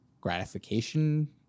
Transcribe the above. gratification